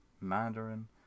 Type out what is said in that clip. Mandarin